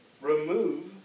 remove